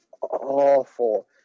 awful